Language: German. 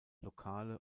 lokale